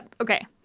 Okay